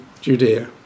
Judea